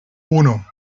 uno